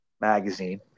magazine